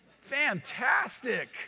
Fantastic